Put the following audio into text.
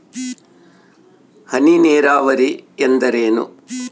ಹನಿ ನೇರಾವರಿ ಎಂದರೇನು?